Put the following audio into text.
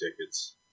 tickets